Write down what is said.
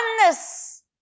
oneness